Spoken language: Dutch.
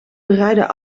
bereidden